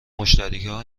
مشتریها